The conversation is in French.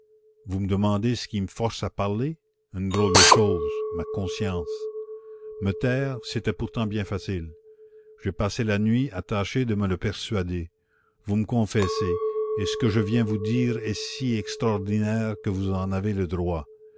vous me demandez ce qui me force à parler une drôle de chose ma conscience me taire c'était pourtant bien facile j'ai passé la nuit à tâcher de me le persuader vous me confessez et ce que je viens vous dire est si extraordinaire que vous en avez le droit